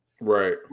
Right